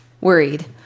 worried